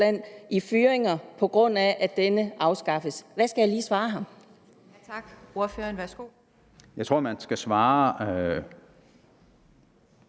i fyringer, på grund af at den afskaffes. Hvad skal jeg lige svare ham? Kl. 10:34 Anden